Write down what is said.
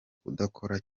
kudakora